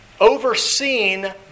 overseen